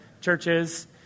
churches